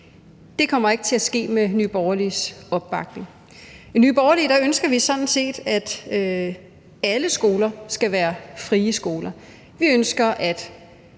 Det kommer ikke til at ske med Nye Borgerliges opbakning. I Nye Borgerlige ønsker vi sådan set, at alle skoler skal være frie skoler. Vi ønsker, at